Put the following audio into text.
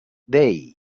day